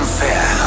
Unfair